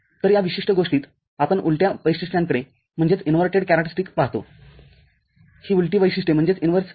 तर या विशिष्ट गोष्टीत आपण उलट्या वैशिष्ट्यांकडे पाहतोही उलटी वैशिष्ट्ये आहेत